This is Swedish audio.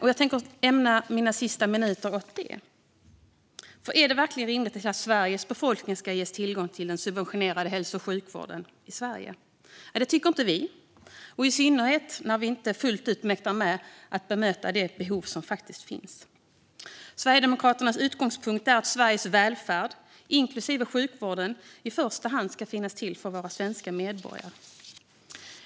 Jag tänker ägna mina sista minuter åt den frågan. Är det verkligen rimligt att hela Sveriges befolkning ska ges tillgång till subventionerad hälso och sjukvård i Sverige? Det tycker inte vi, i synnerhet när man inte fullt ut mäktar med att möta de behov som finns. Sverigedemokraternas utgångspunkt är att Sveriges välfärd, inklusive sjukvården, i första hand ska finnas till för våra svenska medborgare.